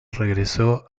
regresó